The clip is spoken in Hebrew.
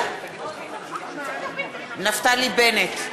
בעד נפתלי בנט,